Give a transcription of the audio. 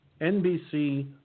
NBC